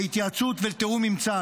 להתייעצות ולתיאום עם צה"ל.